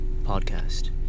podcast